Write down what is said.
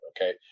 okay